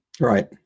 Right